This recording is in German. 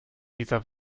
dieser